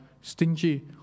stingy